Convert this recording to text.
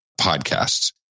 podcasts